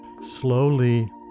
slowly